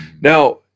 Now